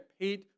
paid